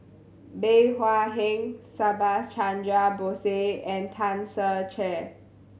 Bey Hua Heng Subhas Chandra Bose and Tan Ser Cher